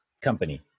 company